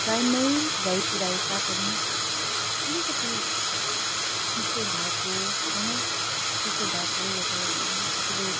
टाइममै ल्याइ पुर्याए तापनि अलिकति चिसो भएको होइन चिसो भएको या त आफूले